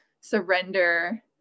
surrender